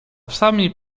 psami